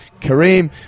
kareem